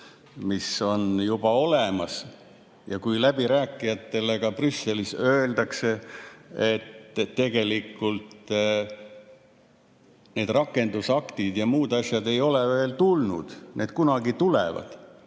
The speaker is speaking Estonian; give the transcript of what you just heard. mis on juba olemas, ja kui läbirääkijatele Brüsselis öeldakse, et tegelikult need rakendusaktid ja muud asjad ei ole veel tulnud, need kunagi tulevad,